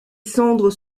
cendres